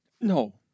No